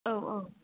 औ औ